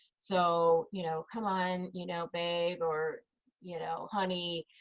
so, you know come on, you know babe, or you know honey,